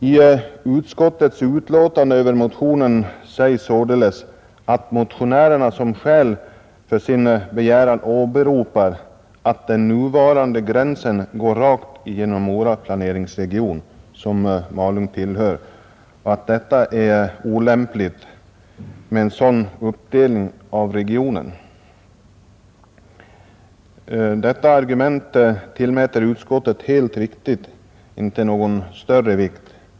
I utskottets utlåtande över motionen sägs således att motionärerna som skäl för sin begäran åberopar att den nuvarande gränsen går rakt igenom Mora planeringsregion, som Malung tillhör, och att det är olämpligt med en sådan uppdelning av regionen. Detta argument tillmäter utskottet helt riktigt inte någon större vikt.